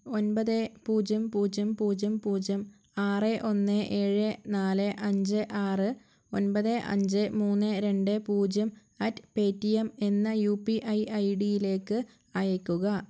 ഒൻപത് പൂജ്യം പൂജ്യം പൂജ്യം പൂജ്യം ആറ് ഒന്ന് ഏഴ് നാല് അഞ്ച് ആറ് ഒൻപത് അഞ്ച് മൂന്ന് രണ്ട് പൂജ്യം അറ്റ് പേ ടി എം എന്ന യു പി ഐ ഐ ഡിയിലേക്ക് അയയ്ക്കുക